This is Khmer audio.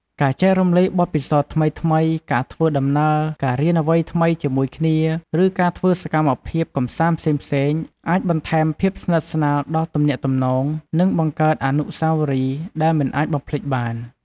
ការចែករំលែកបទពិសោធន៍ថ្មីៗ ការធ្វើដំណើរ ការរៀនអ្វីថ្មីជាមួយគ្នា ឬការធ្វើសកម្មភាពកម្សាន្តផ្សេងៗ អាចបន្ថែមភាពស្និទ្ធស្នាលដល់ទំនាក់ទំនង និងបង្កើតអនុស្សាវរីយ៍ដែលមិនអាចបំភ្លេចបាន។